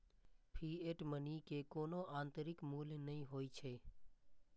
fiat money के कोनो आंतरिक मूल्य नै होइ छै